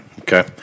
Okay